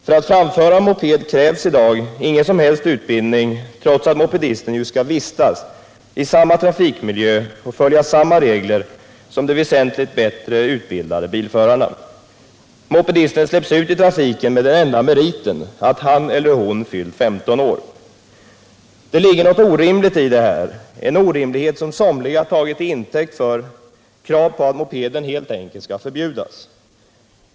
För att framföra moped krävs i dag ingen som helst utbildning, trots att mopedisten ju skall vistas i samma trafikmiljö och följa samma regler som de väsentligt bättre utbildade bilförarna. Mopedisten släpps ut i trafiken med den enda meriten att han eller hon fyllt 15 år. Det ligger något orimligt i detta — en orimlighet som somliga tagit till intäkt för krav på att mopeden helt enkelt skall förbjudas.